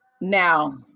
now